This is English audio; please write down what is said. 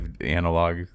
analog